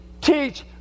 teach